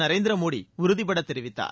நநேந்திரமோடி உறுதிபடத் தெரிவித்தார்